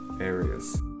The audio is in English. areas